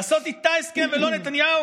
לעשות איתה הסכם ולא עם נתניהו?